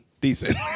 decent